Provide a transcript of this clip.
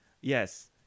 Yes